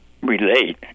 relate